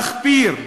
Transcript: מחפיר,